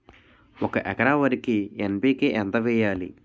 ఒక ఎకర వరికి ఎన్.పి.కే ఎంత వేయాలి?